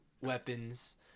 weapons